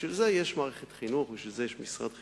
בשביל זה יש מערכת חינוך, בשביל זה יש משרד חינוך.